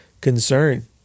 concern